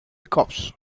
cops